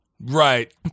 Right